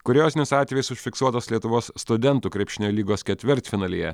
kuriozinis atvejis užfiksuotas lietuvos studentų krepšinio lygos ketvirtfinalyje